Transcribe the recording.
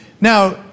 Now